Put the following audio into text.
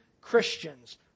Christians